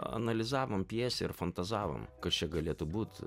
analizavom pjesę ir fantazavom kas čia galėtų būt